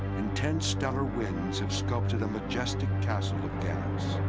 intense stellar winds have sculpted a majestic castle of gas.